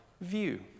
view